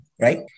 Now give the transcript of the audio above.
right